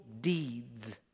deeds